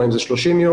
האם זה 30 יום.